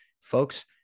Folks